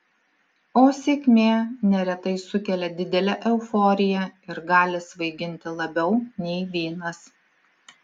o sėkmė neretai sukelia didelę euforiją ir gali svaiginti labiau nei vynas